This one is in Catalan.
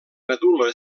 medul·la